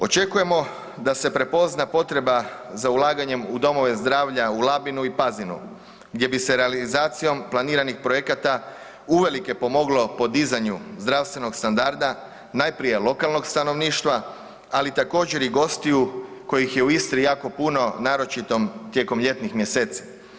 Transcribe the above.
Očekujemo da se prepozna potreba za ulaganjem u domove zdravlja u Labinu i Pazinu gdje bi se realizacijom planiranih projekata uvelike pomoglo podizanju zdravstvenog standarda najprije lokalnog stanovništva, ali također i gostiju kojih je u Istri jako puno naročito tijekom ljetnih mjeseci.